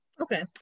Okay